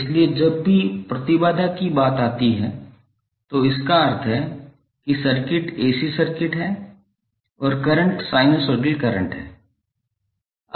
इसलिए जब भी प्रतिबाधा की बात आती है तो इसका अर्थ है कि सर्किट AC सर्किट है और करंट साइनसोइडल करंट है